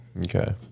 Okay